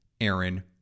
Aaron